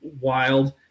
wild